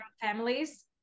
families